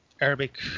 Arabic